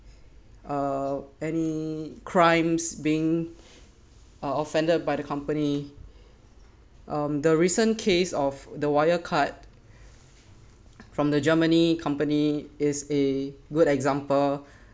uh any crimes being uh offended by the company um the recent case of the wire cut from the germany company is a good example